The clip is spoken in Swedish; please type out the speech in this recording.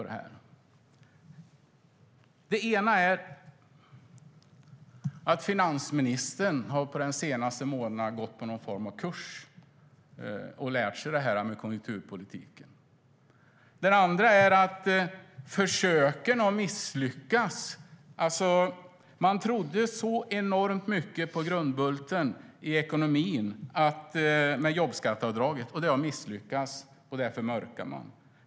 Det ena är att finansministern på den senaste månaden har gått någon form av kurs och lärt sig detta med konjunkturpolitik. Det andra är att försöken har misslyckats. Man trodde så enormt mycket på grundbulten i ekonomin, med jobbskatteavdraget, men det har misslyckats, och därför mörkar man.